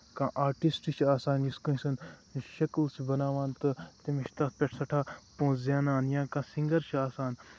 کانٛہہ آرٹِسٹ چھُ آسان یُس کٲنسہِ ہُند شٔکٕل چھُ بَناوان تہٕ تٔمِس چھُ تَتھ پٮ۪ٹھ سٮ۪ٹھاہ پونٛسہٕ زینان یا کانٛہہ سِنگر چھُ آسان